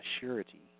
surety